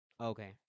Okay